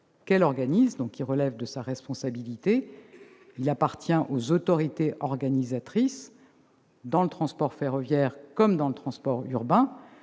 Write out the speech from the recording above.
pour les trains qui relèvent de sa responsabilité ; il appartient aux autorités organisatrices, dans le transport ferroviaire comme dans le transport urbain,